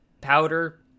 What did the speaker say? Powder